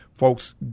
folks